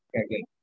Okay